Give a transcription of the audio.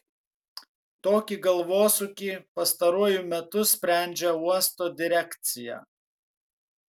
tokį galvosūkį pastaruoju metu sprendžia uosto direkcija